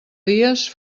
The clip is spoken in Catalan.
dies